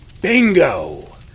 Bingo